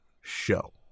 show